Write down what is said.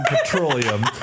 petroleum